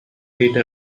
hate